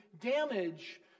damage